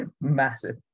massive